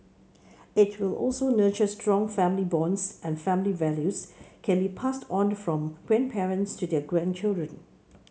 it will also nurture strong family bonds and family values can be passed on from grandparents to their grandchildren